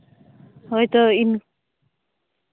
ᱦᱳᱭ ᱛᱚᱵᱮ ᱤᱧ